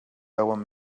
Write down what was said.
veuen